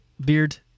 beard